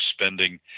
spending